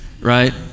right